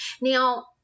Now